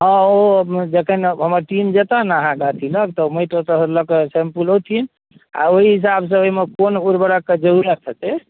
हँ ओ जखनि हमर टीम जेता ने अहाँके अथी लग तऽ माटि ओतयसण लऽ कऽ सैम्पुल औथिन आ ओहि हिसाबसँ ओहिमे कोन उर्वरकके जरूरत हेतै